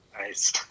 nice